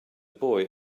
boy